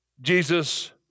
Jesus